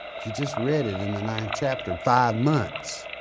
you just read it in the ninth chapter, five months.